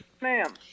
Ma'am